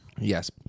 Yes